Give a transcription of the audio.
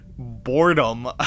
boredom